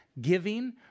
giving